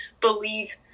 believe